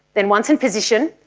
then once in position,